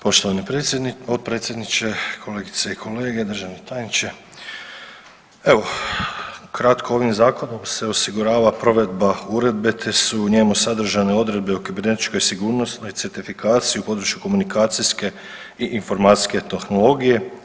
Poštovani potpredsjedniče, kolegice i kolege, državni tajniče, evo kratko ovim zakonom se osigurava provedba uredbe te su u njemu sadržane odredbe o kibernetičkoj sigurnosnoj certifikaciji u području komunikacijske i informacijske tehnologije.